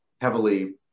heavily